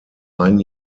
ein